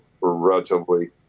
relatively